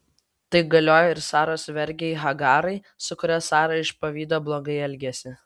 tai galioja ir saros vergei hagarai su kuria sara iš pavydo blogai elgėsi